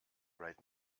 right